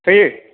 होयो